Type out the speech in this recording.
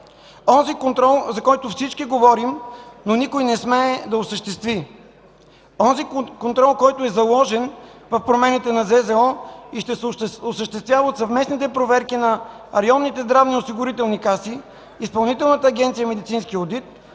Онзи контрол, за който всички говорим, но никой не смее да осъществи. Онзи контрол, който е заложен в промените на ЗЗО и ще се осъществява от съвместните проверки на районните здравноосигурителни каси, Изпълнителната агенция „Медицински одит”,